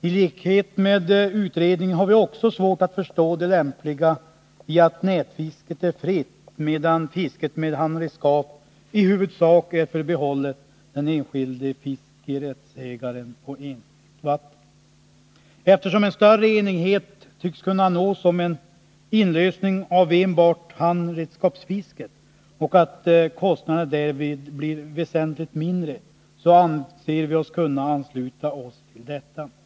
I likhet med utredningen har vi också svårt att förstå det lämpliga i att nätfisket är fritt, medan fisket med handredskap i huvudsak är förbehållet fiskerättsägaren på enskilt vatten. Eftersom en större enighet tycks kunna nås om en inlösning av enbart handredskapsfisket och eftersom kostnaderna därvid blir väsentligt mindre, anser vi oss kunna ansluta oss till detta förslag.